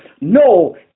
No